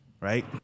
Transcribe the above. right